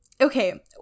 Okay